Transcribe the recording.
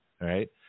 right